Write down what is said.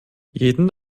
jeden